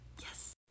Yes